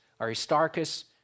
Aristarchus